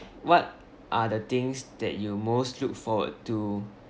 what are the things that you most look forward to